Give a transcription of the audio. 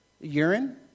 Urine